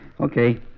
Okay